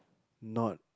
not